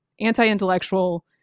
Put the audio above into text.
anti-intellectual